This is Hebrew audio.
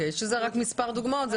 זה רק מספר דוגמאות.